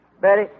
Betty